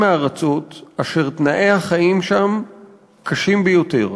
מארצות אשר תנאי החיים שם קשים ביותר.